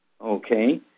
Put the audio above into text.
okay